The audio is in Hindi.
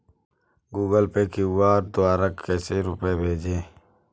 गूगल पे क्यू.आर द्वारा कैसे रूपए भेजें?